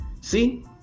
see